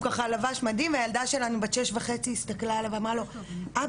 ככה לבש מדים והילדה שלנו בת שש וחצי הסתכלה עליו ואמרה לו "אבא